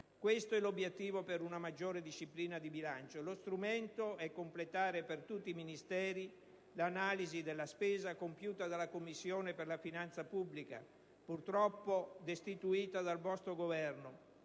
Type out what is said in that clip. Questo è l'obiettivo per una maggiore disciplina di bilancio. Lo strumento è completare per tutti i Ministeri l'analisi della spesa compiuta dalla Commissione per la finanza pubblica, purtroppo destituita dal vostro Governo,